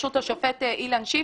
ברשות השופט אילן שיף,